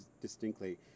distinctly